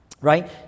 right